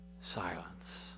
silence